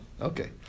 Okay